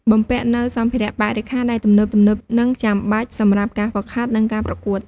បំពាក់នូវសម្ភារៈបរិក្ខារដែលទំនើបៗនិងចាំបាច់ សម្រាប់ការហ្វឹកហាត់ និងការប្រកួត។